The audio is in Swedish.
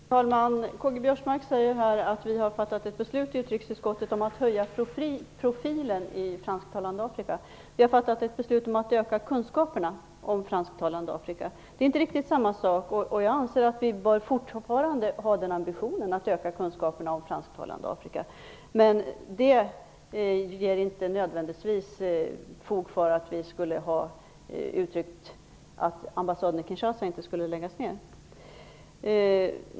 Fru talman! K.-G. Biörsmark säger att vi i utrikesutskottet har fattat ett beslut om att höja Sveriges profil i det fransktalande Afrika. Vi har fattat ett beslut om att öka kunskaperna om det fransktalande Afrika. Det är inte riktigt samma sak, och jag anser att vi fortfarande bör ha ambitionen att öka kunskaperna om det fransktalande Afrika. Det är dock inte nödvändigtvis fog för att vi skulle uttrycka att ambassaden i Kinshasa inte skulle läggas ned.